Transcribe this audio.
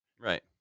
Right